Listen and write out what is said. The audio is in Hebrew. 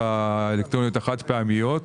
הסיגריות האלקטרוניות החד פעמיות.